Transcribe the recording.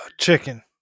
Chicken